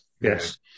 yes